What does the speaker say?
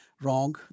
wrong